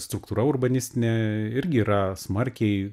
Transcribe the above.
struktūra urbanistinė irgi yra smarkiai